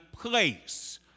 place